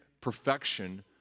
perfection